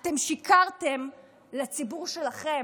אתם שיקרתם לציבור שלכם.